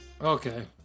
Okay